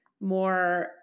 more